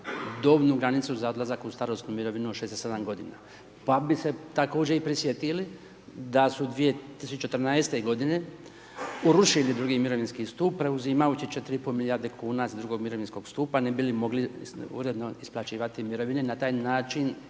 dobnu granicu za odlazak u starosnu mirovinu od 67 godina. Pa bi se također i prisjetili da su 2014. godine urušili drugi mirovinski stup preuzimajući 4,5 milijarde kuna iz drugog mirovinskog stupa ne bi li mogli uredno isplaćivati mirovine, na taj način